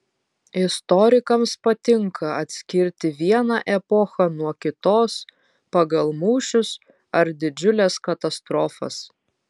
istorikams patinka atskirti vieną epochą nuo kitos pagal mūšius ar didžiules katastrofas